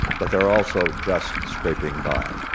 but they're also just scraping by.